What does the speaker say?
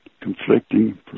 conflicting